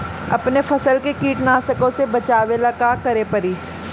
अपने फसल के कीटनाशको से बचावेला का करे परी?